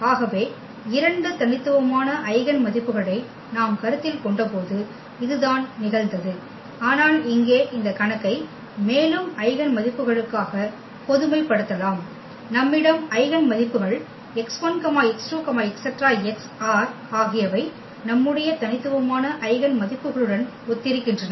ஆகவே இரண்டு தனித்துவமான ஐகென் மதிப்புக்களை நாம் கருத்தில் கொண்டபோது இதுதான் நிகழ்ந்தது ஆனால் இங்கே இந்த கணக்கை மேலும் ஐகென் மதிப்புகளுக்காக பொதுமைப்படுத்தலாம் நம்மிடம் ஐகென் மதிப்புக்கள் x1 x2 xr ஆகியவை நம்முடைய தனித்துவமான ஐகென் மதிப்புகளுடன் ஒத்திருக்கின்றன